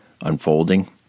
unfolding